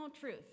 truth